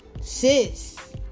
Sis